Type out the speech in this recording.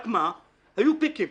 רק מה, היו "פיקים".